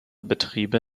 betriebe